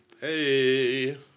Hey